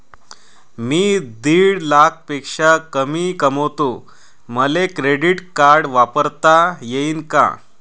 मी दीड लाखापेक्षा कमी कमवतो, मले क्रेडिट कार्ड वापरता येईन का?